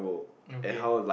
okay